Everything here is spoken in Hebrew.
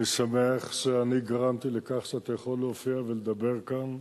אני שמח שאני גרמתי לכך שאתה יכול להופיע ולדבר כאן.